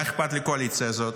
מה אכפת לקואליציה הזאת?